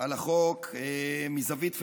על החוק מזווית פמיניסטית.